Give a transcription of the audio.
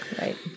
Right